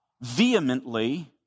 vehemently